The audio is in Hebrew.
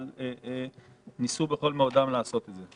אבל ניסו בכל מאודם לעשות את זה.